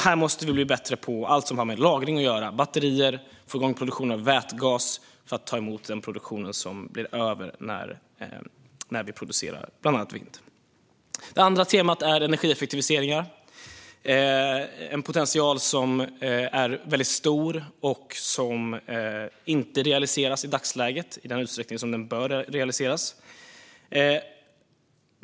Här måste vi bli bättre på allt som har med lagring att göra - batterier och att få igång produktion av vätgas för att ta emot den produktion som blir över när det produceras bland annat vindkraft. Det andra området är energieffektiviseringar. Det är en potential som är mycket stor och som i dagsläget inte realiseras i den utsträckning som den bör realiseras.